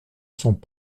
sont